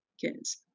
kids